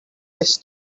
this